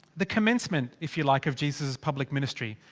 the commencement, if you like, of jesus' public ministry.